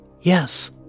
Yes